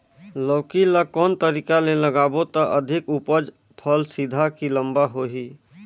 लौकी ल कौन तरीका ले लगाबो त अधिक उपज फल सीधा की लम्बा होही?